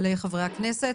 לחברי הכנסת.